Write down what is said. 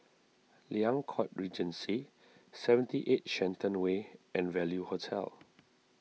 Liang Court Regency seventy eight Shenton Way and Value Hotel